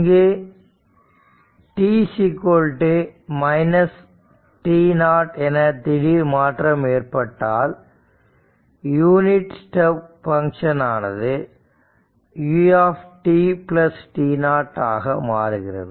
இங்கு t t0 என திடீர் மாற்றம் இருந்தால் யூனிட் ஸ்டெப் பங்க்ஷன் ஆனது u tt0 ஆக மாறுகிறது